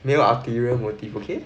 没有 ulterior motive okay